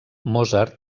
mozart